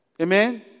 Amen